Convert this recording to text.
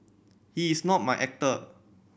he is not my actor